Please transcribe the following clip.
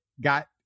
got